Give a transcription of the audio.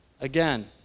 Again